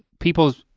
people.